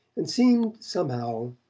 and seemed somehow,